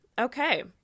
okay